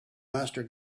master